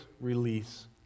release